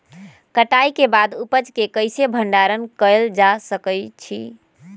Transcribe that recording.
कटाई के बाद उपज के कईसे भंडारण कएल जा सकई छी?